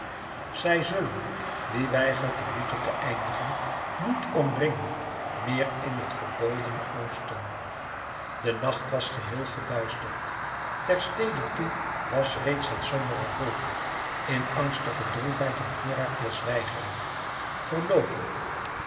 zij zullen wie weigert de boete te eindigen niet omringen meer in het verbodene oosten de nacht was geheel geduisterd ter stede toe was reeds het sombere volk in angstige droefheid om herakles weigering verloopen